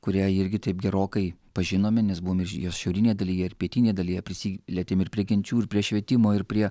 kurią irgi taip gerokai pažinome nes buvom ir jos šiaurinėje dalyje ir pietinėje dalyje prisilietėm ir prie genčių ir prie švietimo ir prie